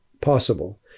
possible